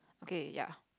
okay ya